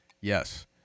yes